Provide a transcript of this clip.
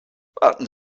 warten